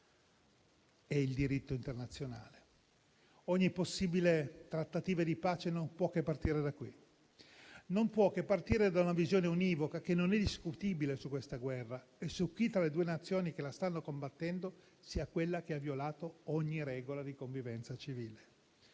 e il diritto internazionale. Ogni possibile trattativa di pace non può che partire da qui; non può che partire da una visione univoca che non è discutibile su questa guerra e su chi tra le due Nazioni che la stanno combattendo sia quella che ha violato ogni regola di convivenza civile.